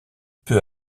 peu